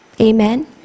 Amen